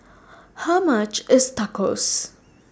How much IS Tacos